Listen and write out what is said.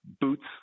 boots